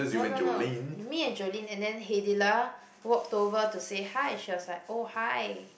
no no no me and Jolene and then Haydilah walked over to say hi she was like oh hi